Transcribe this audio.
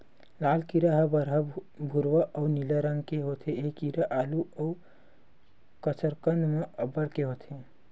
लाल कीरा ह बहरा भूरवा अउ नीला रंग के होथे ए कीरा आलू अउ कसरकंद म अब्बड़ के होथे